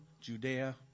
Judea